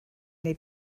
neu